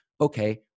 Okay